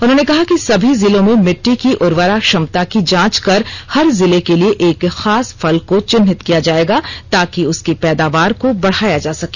उन्होंने कहा कि सभी जिलों में मिट्टी की उर्वराक्षमता का जांच कर हर जिले के लिए एक खासफल को चिन्हित किया जाएगा ताकि उसके पैदावारको बढ़ाया जा सके